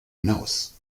hinaus